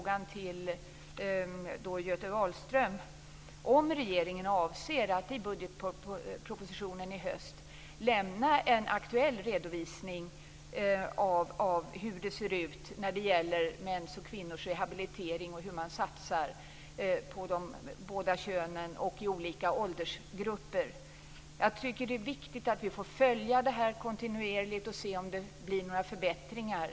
Jag vill fråga Göte Wahlström om regeringen avser att i budgetpropositionen i höst lämna en aktuell redovisning av hur det ser ut när det gäller mäns och kvinnors rehabilitering och hur man satsar på de båda könen och olika åldersgrupper. Jag tycker att det är viktigt att vi får följa detta kontinuerligt och se om det blir några förbättringar.